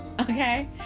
okay